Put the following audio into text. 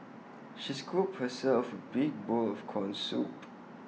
she scooped herself A big bowl of Corn Soup